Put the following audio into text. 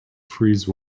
freeze